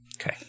okay